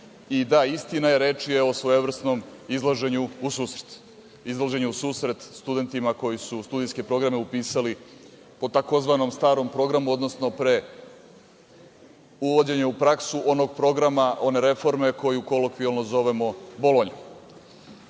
reč. Da, istina je, reč je o svojevrsnom izlaženju u susret studentima koji su studijske programe upisali po tzv. starom programu, odnosno pre uvođenja u praksu onog programa, one reforme koju kolokvijalno zovemo Bolonja. Takođe,